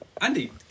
Andy